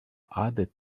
other